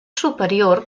superior